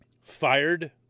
fired